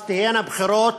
אז תהיינה בחירות,